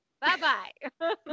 Bye-bye